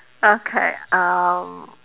okay um